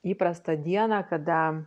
įprastą dieną kada